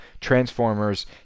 Transformers